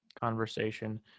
conversation